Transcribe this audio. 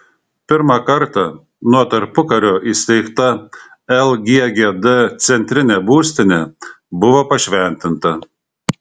pirmą kartą nuo tarpukario įsteigta lggd centrinė būstinė buvo pašventinta